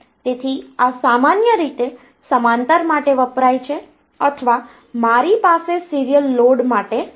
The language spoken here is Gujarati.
તેથી આ સામાન્ય રીતે સમાંતર માટે વપરાય છે અથવા મારી પાસે સીરીયલ લોડ માટે છે